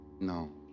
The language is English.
No